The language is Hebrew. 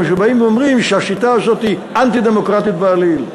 כשבאים ואומרים שהשיטה הזאת היא אנטי-דמוקרטית בעליל.